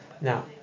now